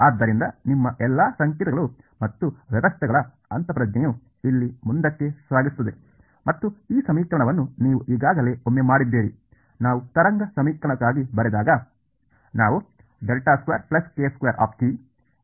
ಆದ್ದರಿಂದ ನಿಮ್ಮ ಎಲ್ಲಾ ಸಂಕೇತಗಳು ಮತ್ತು ವ್ಯವಸ್ಥೆಗಳ ಅಂತಃಪ್ರಜ್ಞೆಯು ಇಲ್ಲಿ ಮುಂದಕ್ಕೆ ಸಾಗಿಸುತ್ತದೆ ಮತ್ತು ಈ ಸಮೀಕರಣವನ್ನು ನೀವು ಈಗಾಗಲೇ ಒಮ್ಮೆ ಮಾಡಿದ್ದೀರಿ ನಾವು ತರಂಗ ಸಮೀಕರಣಕ್ಕಾಗಿ ಬರೆದಾಗ